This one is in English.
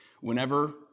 whenever